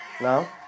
Now